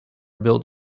built